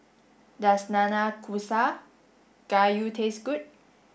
does Nanakusa Gayu taste good